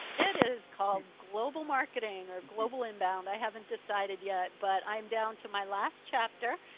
it is called global marketing or global inbound. i haven't decided yet, but i am down to my last chapter.